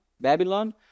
Babylon